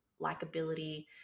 likability